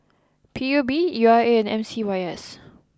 P U B U R A and M C Y S